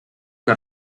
que